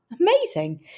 amazing